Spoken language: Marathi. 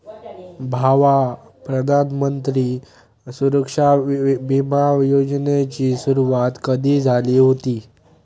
भावा, प्रधानमंत्री सुरक्षा बिमा योजनेची सुरुवात कधी झाली हुती